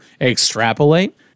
extrapolate